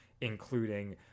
including